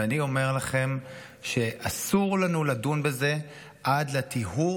ואני אומר לכם שאסור לנו לדון בזה עד לטיהור